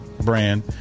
brand